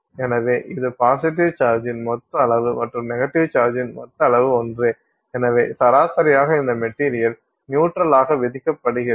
எனவே இது பாசிட்டிவ் சார்ஜின் மொத்த அளவு மற்றும் நெகட்டிவ் சார்ஜின் மொத்த அளவு ஒன்றே எனவே சராசரியாக இந்த மெட்டீரியல் நியூட்ரலாக விதிக்கப்படுகிறது